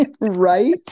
Right